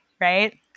right